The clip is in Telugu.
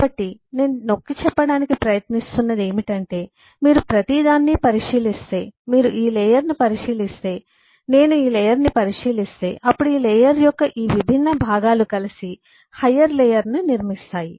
కాబట్టి నేను నొక్కి చెప్పడానికి ప్రయత్నిస్తున్నది ఏమిటంటే మీరు ప్రతిదాన్ని పరిశీలిస్తే మీరు ఈ లేయర్ ను పరిశీలిస్తే నేను ఈ లేయర్ ను పరిశీలిస్తే అప్పుడు ఈ లేయర్ యొక్క ఈ విభిన్న భాగాలు కలిసి హయ్యర్ లేయర్ ను నిర్మిస్తాయి